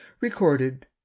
recorded